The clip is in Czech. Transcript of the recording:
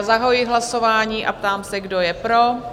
Zahajuji hlasování a ptám se, kdo je pro?